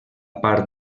part